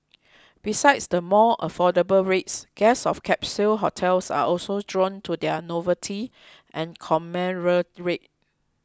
besides the more affordable rates guests of capsule hotels are also drawn to their novelty and camaraderie